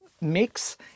mix